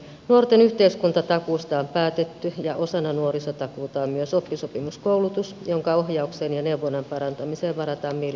nuorten yhteiskuntatakuusta on päätetty ja osana nuorisotakuuta on myös oppisopimuskoulutus jonka ohjauksen ja neuvonnan parantamiseen varataan miljoona euroa